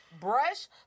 brush